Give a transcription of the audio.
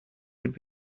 would